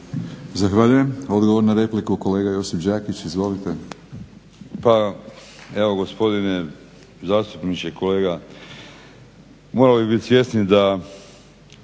Zahvaljujem Odgovor na repliku kolega Josip Đakić. Izvolite. **Đakić, Josip (HDZ)** Pa evo gospodine zastupniče kolega, moramo biti svjesni da